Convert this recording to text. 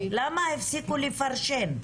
למה הפסיקו לפרשן,